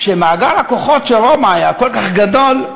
שמאגר הכוחות של רומא היה כל כך גדול,